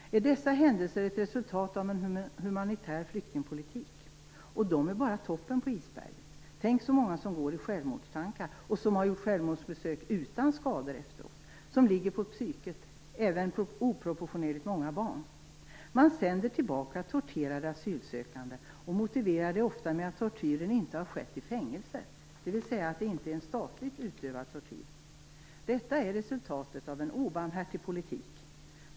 Är dessa händelser ett resultat av en humanitär flyktingpolitik? Och det här är bara toppen på isberget. Tänk så många som går i självmordstankar, som gjort självmordsförsök utan efterföljande skador, som ligger på psyket - även oproportionerligt många barn. Man sänder tillbaka torterade asylsökande och motiverar det ofta med att tortyren inte har skett i fängelser, dvs. att det inte är en statligt utövad tortyr. Detta är resultatet av en obarmhärtig politik.